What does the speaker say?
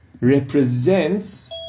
represents